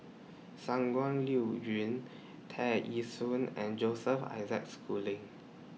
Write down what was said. Shangguan Liuyun Tear Ee Soon and Joseph Isaac Schooling